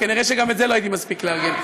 כנראה גם את זה לא הייתי מספיק לארגן.